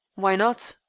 why not?